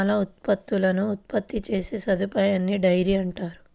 పాల ఉత్పత్తులను ఉత్పత్తి చేసే సదుపాయాన్నిడైరీ అంటారు